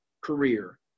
career